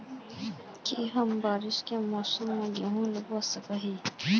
की हम बारिश के मौसम में गेंहू लगा सके हिए?